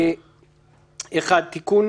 גור,